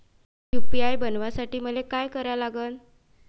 UPI बनवासाठी मले काय करा लागन?